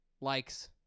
likes